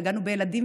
נגענו בילדים,